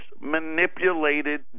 manipulated